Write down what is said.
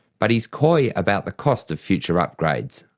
but he's coy about the cost of future upgrades.